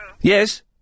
Yes